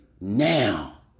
now